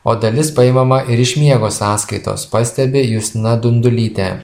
o dalis paimama ir iš miego sąskaitos pastebi justina dundulytė